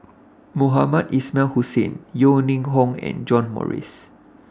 Mohamed Ismail Hussain Yeo Ning Hong and John Morrice